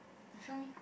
show me